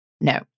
No